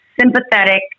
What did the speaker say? sympathetic